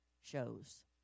shows